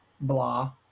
blah